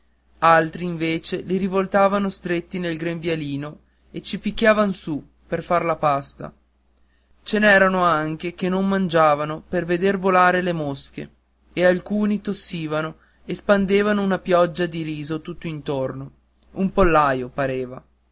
altri invece li rinvoltavano stretti nel grembiulino e ci picchiavan su per far la pasta ce n'erano anche che non mangiavano per veder volar le mosche e alcuni tossivano e spandevano una pioggia di riso tutto intorno un pollaio pareva